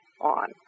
on